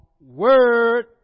Word